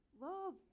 love